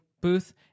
booth